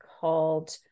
called